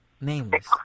Nameless